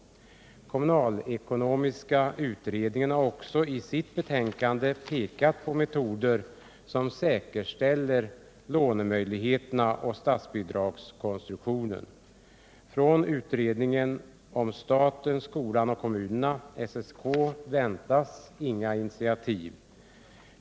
Kommunalekonomiska utredningen har också i sitt betänkande pekat på metoder som säkerställer lånemöjligheterna och statsbidragskonstruktionen. Från utredningen om skolan, staten och kommunerna, SSK, väntas inga initiativ.